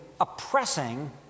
oppressing